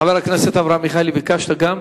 חבר הכנסת אברהם מיכאלי, ביקשת גם.